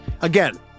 Again